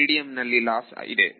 ಮೀಡಿಯಂನಲ್ಲಿ loss ಇದೆ